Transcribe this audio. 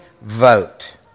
vote